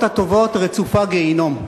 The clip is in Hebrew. תמיד אני ידעתי שהדרך לגיהינום רצופה כוונות טובות.